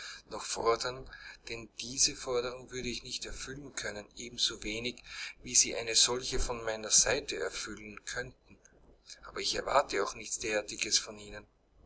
noch fordern denn diese forderung würde ich nicht erfüllen können ebensowenig wie sie eine solche von meiner seite erfüllen könnten aber ich er warte auch nichts derartiges von ihnen